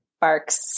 barks